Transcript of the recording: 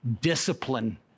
discipline